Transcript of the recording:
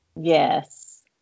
Yes